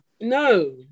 No